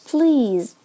Please